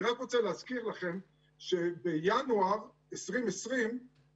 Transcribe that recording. אני רק רוצה להזכיר לכם שבינואר 2020 לא